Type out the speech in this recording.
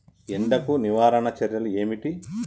ఎండకు నివారణ చర్యలు ఏమిటి?